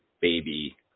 baby